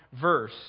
verse